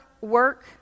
work